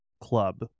Club